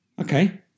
Okay